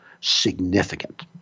significant